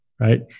right